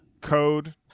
Code